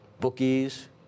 bookies